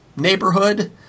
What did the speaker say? Neighborhood